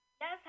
Yes